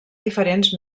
diferents